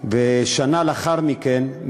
שנה לאחר מכן,